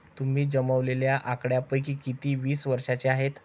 तुम्ही जमवलेल्या आकड्यांपैकी किती वीस वर्षांचे आहेत?